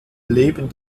leben